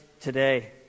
today